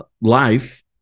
life